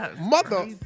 Mother